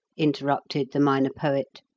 interrupted the minor poet.